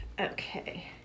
Okay